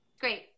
Great